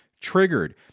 triggered